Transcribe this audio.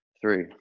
three